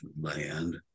land